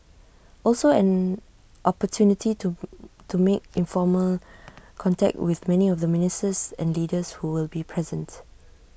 also an opportunity to to make informal contact with many of the ministers and leaders who will be present